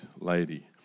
lady